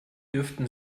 dürften